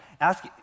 Ask